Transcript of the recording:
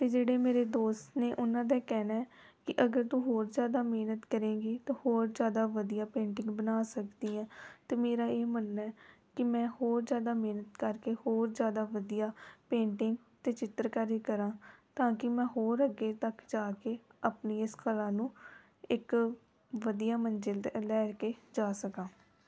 ਅਤੇ ਜਿਹੜੇ ਮੇਰੇ ਦੋਸਤ ਨੇ ਉਹਨਾਂ ਦਾ ਕਹਿਣਾ ਕਿ ਅਗਰ ਤੂੰ ਹੋਰ ਜ਼ਿਆਦਾ ਮਿਹਨਤ ਕਰੇਂਗੀ ਤਾਂ ਹੋਰ ਜ਼ਿਆਦਾ ਵਧੀਆ ਪੇਂਟਿੰਗ ਬਣਾ ਸਕਦੀ ਹੈ ਅਤੇ ਮੇਰਾ ਇਹ ਮੰਨਣਾ ਕਿ ਮੈਂ ਹੋਰ ਜ਼ਿਆਦਾ ਮਿਹਨਤ ਕਰਕੇ ਹੋਰ ਜ਼ਿਆਦਾ ਵਧੀਆ ਪੇਂਟਿੰਗ ਅਤੇ ਚਿੱਤਰਕਾਰੀ ਕਰਾਂ ਤਾਂ ਕਿ ਮੈਂ ਹੋਰ ਅੱਗੇ ਤੱਕ ਜਾ ਕੇ ਆਪਣੀ ਇਸ ਕਲਾ ਨੂੰ ਇੱਕ ਵਧੀਆ ਮੰਜ਼ਿਲ 'ਤੇ ਲੈ ਕੇ ਜਾ ਸਕਾਂ